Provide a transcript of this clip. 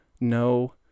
no